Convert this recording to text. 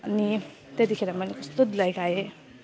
अनि त्यतिखेर मैले कस्तो धुलाइ खाएँ